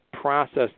process